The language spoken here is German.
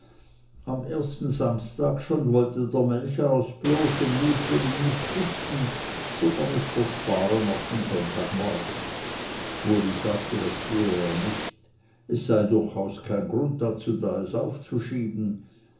am ersten samstag schon wollte der melcher aus bloßem mutwillen nicht misten sondern es versparen auf den sonntagmorgen uli sagte das tue er nicht es sei durchaus kein grund dazu da es aufzuschieben